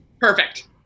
Perfect